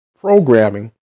programming